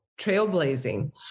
trailblazing